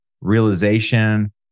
realization